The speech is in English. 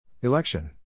Election